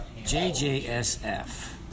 JJSF